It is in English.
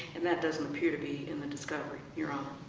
and that doesn't appear to be in the discovery, your um